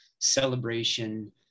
celebration